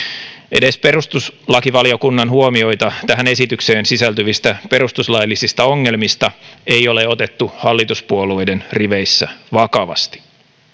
edes perustuslakivaliokunnan huomioita tähän esitykseen sisältyvistä perustuslaillisista ongelmista ei ole otettu hallituspuolueiden riveissä vakavasti